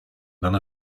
none